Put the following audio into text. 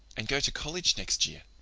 and go to college next year.